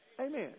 Amen